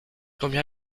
combien